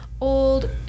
old